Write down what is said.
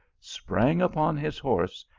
sprang upon his horse,